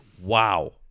wow